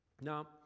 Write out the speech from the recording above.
Now